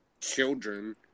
children